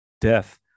death